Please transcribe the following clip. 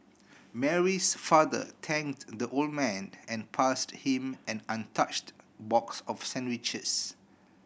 Mary's father thanked the old man and passed him an untouched box of sandwiches